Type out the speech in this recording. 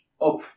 up